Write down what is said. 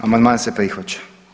Amandman se prihvaća.